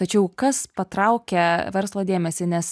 tačiau kas patraukia verslo dėmesį nes